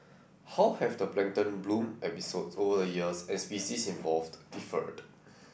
how have the plankton bloom episodes over the years and species involved differed